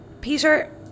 Peter